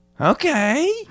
Okay